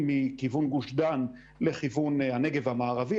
מכיוון גוש דן לכיוון הנגב המערבי,